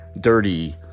dirty